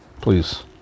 Please